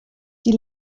die